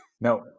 no